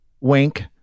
Wink